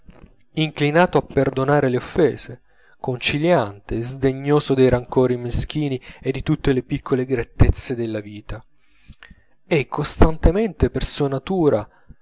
inclinato a perdonare le offese conciliante sdegnoso dei rancori meschini e di tutte le piccole grettezze della vita è costantemente per